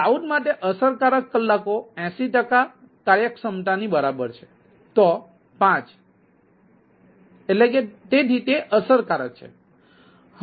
cloud માટે અસરકારક કલાકો 80 ટકા કાર્યક્ષમતાની બરાબર છે તો 5 તેથી તે અસરકારક છે